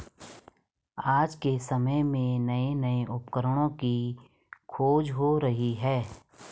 आज के समय में नये नये उपकरणों की खोज हो रही है